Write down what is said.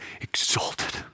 exalted